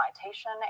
citation